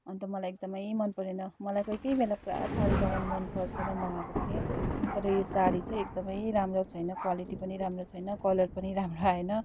अन्त मलाई एकदमै मनपरेन मलाई कोही कोही बेला पुरा साडी लगाउन मनपर्छ र मगाएको थिएँ तर यो साडी चाहिँ एकदमै राम्रो छैन क्वालिटी पनि राम्रो छैन कलर पनि राम्रो आएन